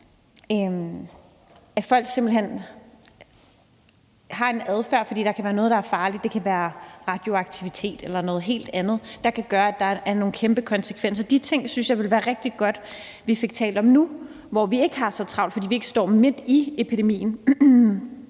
at folk simpelt hen har en bestemt adfærd, fordi der er noget, der kan være farligt. Det kan være radioaktivitet eller noget helt andet, der kan gøre, at det får nogle kæmpe konsekvenser. De ting synes jeg det ville være rigtig godt vi fik talt om nu, hvor vi ikke har så travlt, fordi vi ikke står midt i en epidemi.